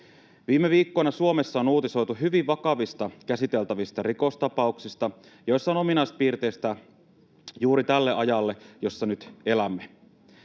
Viime viikkoina Suomessa on uutisoitu hyvin vakavista käsiteltävistä rikostapauksista, joissa on ominaispiirteitä juuri tälle ajalle, jossa nyt elämme.